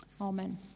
amen